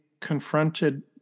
confronted